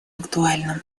актуальным